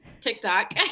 tiktok